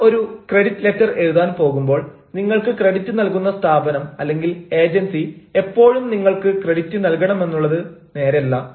നിങ്ങൾ ഒരു credit letter എഴുതാൻ പോകുമ്പോൾ നിങ്ങൾക്ക് ക്രെഡിറ്റ് നൽകുന്ന സ്ഥാപനം അല്ലെങ്കിൽ ഏജൻസി എപ്പോഴും നിങ്ങൾക്ക് ക്രെഡിറ്റ് നൽകുമെന്നുള്ളത് നേരല്ല